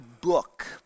book